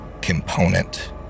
component